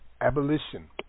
Abolition